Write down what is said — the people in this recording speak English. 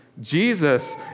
Jesus